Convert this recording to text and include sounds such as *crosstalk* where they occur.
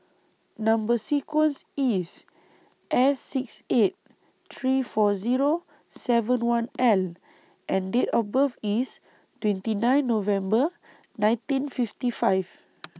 Number sequence IS S six eight three four Zero seven one L and Date of birth IS twenty nine November nineteen fifty five *noise*